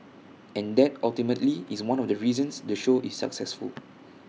and that ultimately is one of the reasons the show is successful